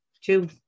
two